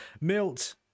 milt